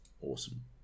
awesome